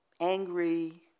angry